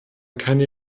keine